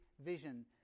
vision